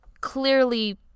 clearly